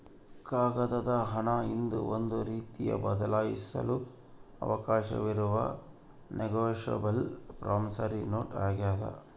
ಕಾಗದದ ಹಣ ಇದು ಒಂದು ರೀತಿಯ ಬದಲಾಯಿಸಲು ಅವಕಾಶವಿರುವ ನೆಗೋಶಬಲ್ ಪ್ರಾಮಿಸರಿ ನೋಟ್ ಆಗ್ಯಾದ